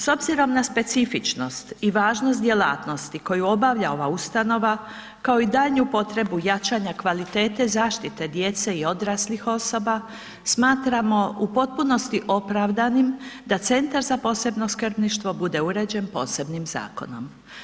S obzirom na specifičnost i važnost djelatnosti koju obavlja ova ustanova kao i daljnju potrebu jačanja kvalitete zaštite djece i odraslih osoba smatramo u potpunosti opravdanim da Centar za posebno skrbništvo bude uređen posebnim zakonom.